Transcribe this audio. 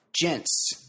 Gents